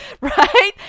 right